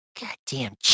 Goddamn